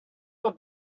your